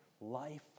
life